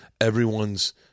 everyone's